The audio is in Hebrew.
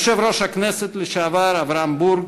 יושב-ראש הכנסת לשעבר אברהם בורג,